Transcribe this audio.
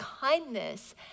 kindness